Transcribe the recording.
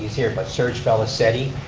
here, but serge felicetti,